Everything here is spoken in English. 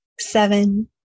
seven